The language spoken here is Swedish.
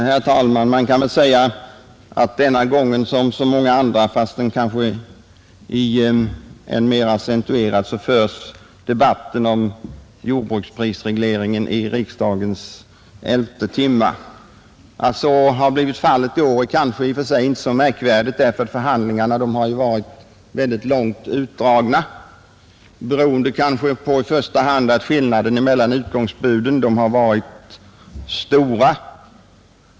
Herr talman! Man kan väl säga att denna gång som så många andra, fastän kanske i år än mer accentuerat, förs debatten om jordbruksprisregleringen i riksdagens elfte timme. Att det har blivit fallet nu är inte så märkvärdigt. Förhandlingarna har ju varit långt utdragna, beroende på i första hand att skillnaderna mellan utgångsbuden varit stora.